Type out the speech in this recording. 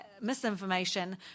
misinformation